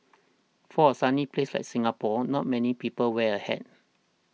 for a sunny place like Singapore not many people wear a hat